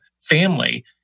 family